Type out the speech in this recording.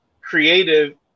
creative